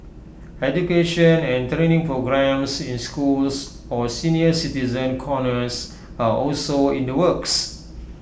education and training programmes in schools or senior citizen corners are also in the works